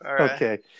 Okay